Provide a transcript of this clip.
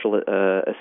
special